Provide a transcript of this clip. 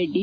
Reddy